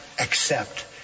accept